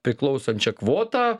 priklausančią kvotą